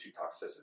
toxicity